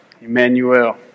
Emmanuel